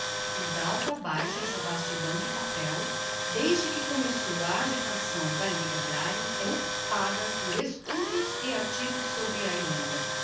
e d'alto a baixo esta vastidão de papel desde que começou a agitação da liga agraria é occupada por estudos e artigos sobre a irlanda